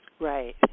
Right